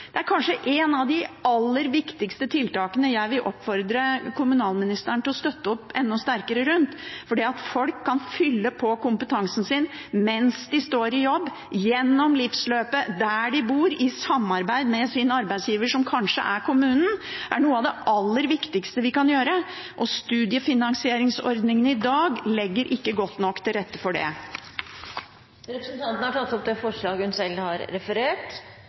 Det er kanskje et av de aller viktigste tiltakene jeg vil oppfordre kommunalministeren til å støtte enda sterkere. At folk kan fylle på kompetansen sin mens de står i jobb, gjennom livsløpet, der de bor, i samarbeid med sin arbeidsgiver, som kanskje er kommunen, er noe av det aller viktigste vi kan bidra til, og dagens studiefinansieringsordning legger ikke godt nok til rette for det. Representanten Karin Andersen har tatt opp det forslaget hun